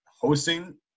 hosting –